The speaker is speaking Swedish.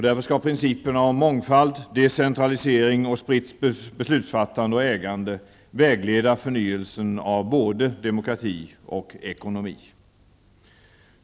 Därför skall principen om mångfald, decentralisering, spritt beslutsfattande och ägande vägleda förnyelsen av både demokrati och ekonomi.